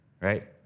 right